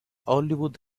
hollywood